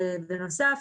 ובנוסף,